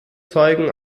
zeugen